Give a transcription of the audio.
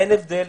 אין הבדל,